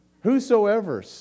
whosoever